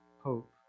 hope